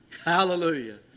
Hallelujah